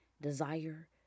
desire